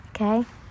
okay